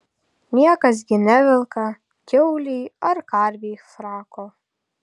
niekas gi nevelka kiaulei ar karvei frako